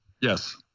yes